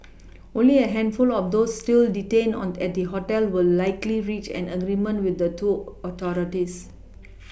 only a handful of those still detained on at the hotel will likely reach an agreement with the tool authorities